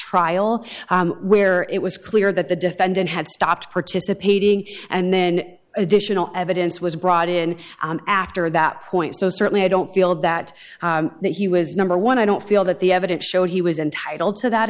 trial where it was clear that the defendant had stopped participating and then additional evidence was brought in after that point so certainly i don't feel that that he was number one i don't feel that the evidence showed he was entitled to that